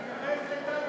אני מחייך לטלי,